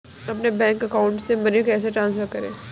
अपने bank account से money कैसे ट्रांसफर करें?